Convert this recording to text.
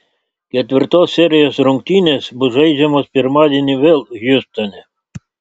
ketvirtos serijos rungtynės bus žaidžiamos pirmadienį vėl hjustone